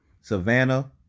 Savannah